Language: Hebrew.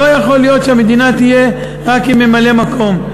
לא יכול להיות שהמדינה תהיה רק עם ממלא-מקום.